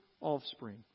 offspring